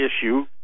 issue